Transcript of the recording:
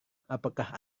apakah